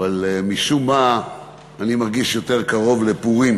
אבל משום מה אני מרגיש יותר קרוב לפורים.